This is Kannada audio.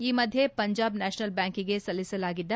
ಈ ಮಧ್ಯೆ ಪಂಜಾಬ್ ನ್ಯಾಪನಲ್ ಬ್ಯಾಂಕಿಗೆ ಸಲ್ಲಿಸಲಾಗಿದ್ದ